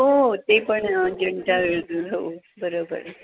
हो ते पण अजिंठा वेरूळ हो बरोबर